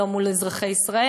לא מול אזרחי ישראל,